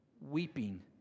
weeping